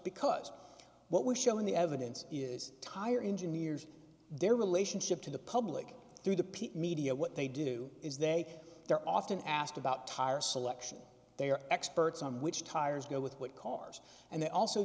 because what we show in the evidence is tire engineers their relationship to the public through the p media what they do is they they're often asked about tire selection they are experts on which tires go with what cars and they also